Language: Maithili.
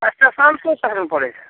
अच्छा कोन शहरमे परै छै